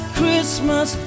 Christmas